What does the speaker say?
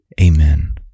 Amen